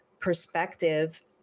perspective